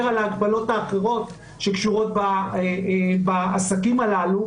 על ההגבלות האחרות שקשורות בעסקים הללו